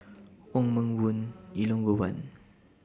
Wong Meng Voon Elangovan